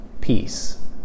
peace